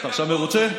עכשיו אתה מרוצה?